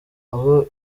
aho